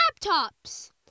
laptops